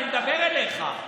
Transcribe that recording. אני מדבר אליך.